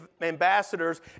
ambassadors